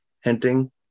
hinting